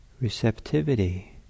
receptivity